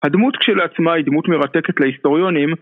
הדמות כשלעצמה היא דמות מרתקת להיסטוריונים